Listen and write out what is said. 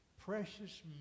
Precious